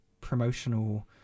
promotional